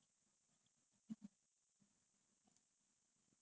like like they at you they also want to talk to you அந்த மாதிரி:antha maathiri